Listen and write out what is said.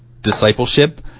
discipleship